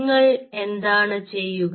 നിങ്ങൾ എന്താണ് ചെയ്യുക